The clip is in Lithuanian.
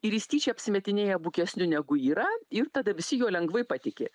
ir jis tyčia apsimetinėja bukesniu negu yra ir tada visi juo lengvai patiki